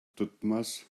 тотмас